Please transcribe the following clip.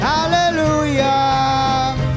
Hallelujah